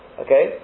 Okay